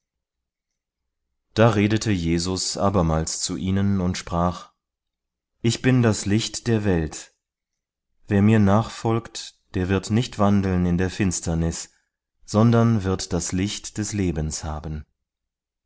da redete jesus abermals zu ihnen und sprach ich bin das licht der welt wer mir nachfolgt der wird nicht wandeln in der finsternis sondern wir das licht des lebens haben